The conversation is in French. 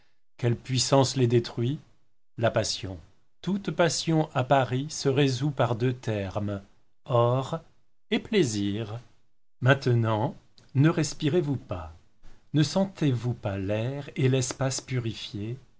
quelle puissance les détruit la passion toute passion à paris se résout par deux termes or et plaisir maintenant ne respirez vous pas ne sentez-vous pas l'air et l'espace purifiés